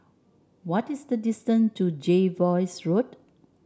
what is the distance to Jervois Road